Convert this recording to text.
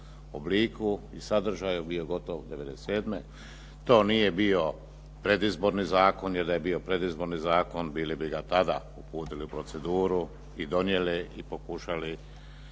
obliku i sadržaju bio gotov '97. To nije bio predizborni zakon jer da je bio predizborni zakon bili bi ga tada uputili u proceduru i donijeli i pokušali